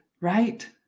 right